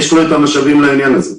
יש את המשאבים לעניין הזה.